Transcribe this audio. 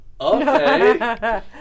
Okay